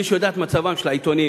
מי שיודע את מצבם של העיתונים,